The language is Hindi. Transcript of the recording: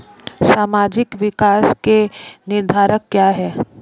सामाजिक विकास के निर्धारक क्या है?